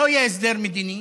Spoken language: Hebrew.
לא יהיה הסדר מדיני